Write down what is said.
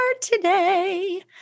today